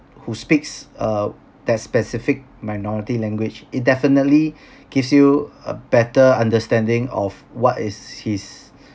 who speaks uh that specific minority language it definitely gives you a better understanding of what is his